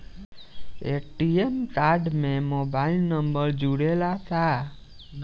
ATM card में mobile number जुरेला का?